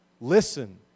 listen